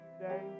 today